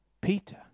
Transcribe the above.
Peter